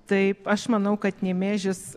taip aš manau kad nemėžis